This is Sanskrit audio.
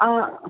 हा